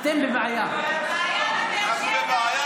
ככה.